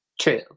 true